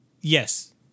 Yes